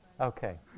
Okay